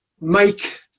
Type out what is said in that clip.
make